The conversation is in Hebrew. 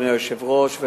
אדוני היושב-ראש,